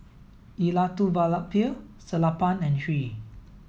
Elattuvalapil Sellapan and Hri